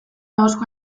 ahozko